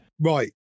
Right